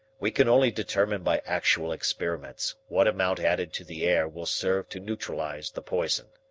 we can only determine by actual experiments what amount added to the air will serve to neutralize the poison.